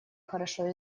хорошо